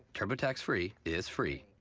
turbotax free is free.